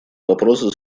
вопросы